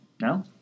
No